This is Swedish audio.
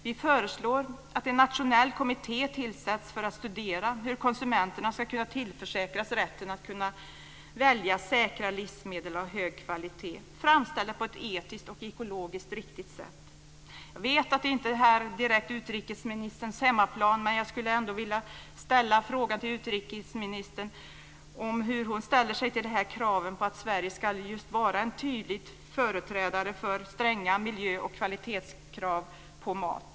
Vi föreslår att en nationell kommitté tillsätts för att studera hur konsumenterna ska kunna tillförsäkras rätten att välja säkra livsmedel av hög kvalitet, framställda på ett etiskt och ekologiskt riktigt sätt. Jag vet att det här inte direkt är utrikesministerns hemmaplan, men jag skulle ändå vilja ställa frågan hur hon ställer sig till kraven på att Sverige ska just vara en tydlig företrädare för stränga miljö och kvalitetskrav på mat.